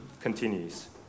continues